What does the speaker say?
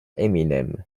eminem